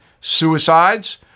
suicides